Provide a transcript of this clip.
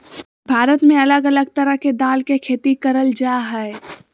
भारत में अलग अलग तरह के दाल के खेती करल जा हय